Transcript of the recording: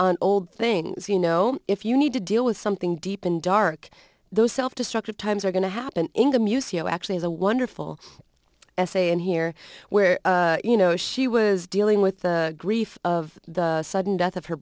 on old things you know if you need to deal with something deep and dark those self destructive times are going to happen in the museo actually is a wonderful essay in here where you know she was dealing with the grief of the sudden death of her